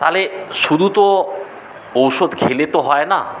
তাহলে শুধু তো ঔষধ খেলে তো হয় না